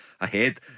ahead